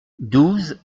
douze